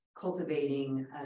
cultivating